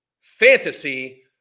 fantasy